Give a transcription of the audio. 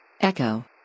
Echo